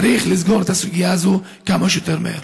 צריך לסגור את הסוגיה הזו כמה שיותר מהר.